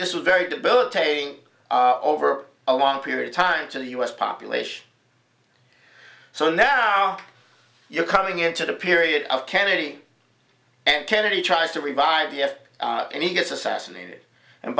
this was very debilitating over a long period of time to the u s population so now you're coming into the period of kennedy and kennedy tries to revive yes and he gets assassinated and